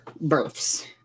births